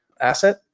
asset